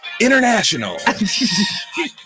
International